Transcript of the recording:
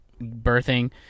birthing